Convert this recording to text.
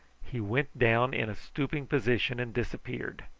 he went down in a stooping position and disappeared,